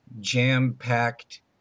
jam-packed